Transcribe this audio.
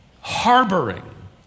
harboring